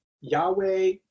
Yahweh